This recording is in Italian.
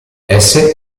esse